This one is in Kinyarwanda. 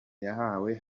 yahawe